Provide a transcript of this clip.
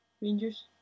Rangers